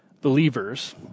believers